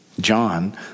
John